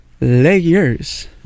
layers